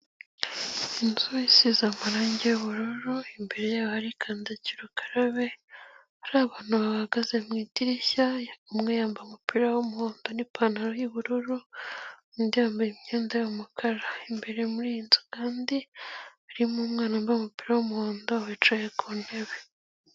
Inzu isize amarangi y'ubururu imbere yaho hari kandagira ukarabe, hari abantu bahagaze mu idirishya, umwe yambaye umupira w'umuhondo n'ipantaro y'ubururu, undi yambaye imyenda y'umukara, imbere muri iyi nzu kandi harimo umwana wambaye umupira w'umuhondo, wicaye ku ntebe.